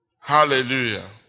Hallelujah